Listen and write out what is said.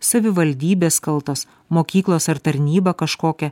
savivaldybės kaltos mokyklos ar tarnyba kažkokia